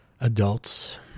adults